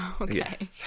Okay